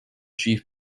chief